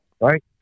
right